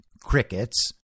crickets